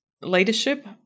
leadership